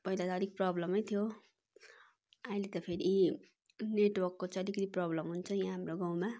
पहिला त अलिक प्रब्लमै थियो अहिले त फेरि नेटवर्कको चाहिँ अलिकति प्रब्लम हुन्छ यहाँ हाम्रो गाउँमा